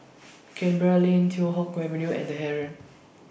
Canberra Lane Teow Hock Avenue and The Heeren